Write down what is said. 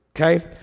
okay